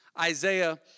Isaiah